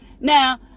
Now